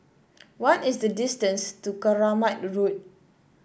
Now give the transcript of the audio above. what is the distance to Keramat Road